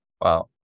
Wow